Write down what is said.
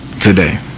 today